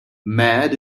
mad